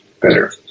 better